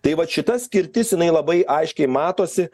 tai vat šita skirtis jinai labai aiškiai matosi